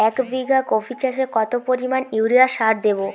এক বিঘা কপি চাষে কত পরিমাণ ইউরিয়া সার দেবো?